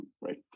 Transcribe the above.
right